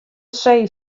see